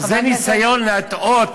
זה ניסיון להטעות,